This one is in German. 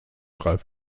ralph